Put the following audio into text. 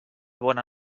bona